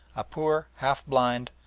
a poor, half-blind,